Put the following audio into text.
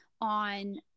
on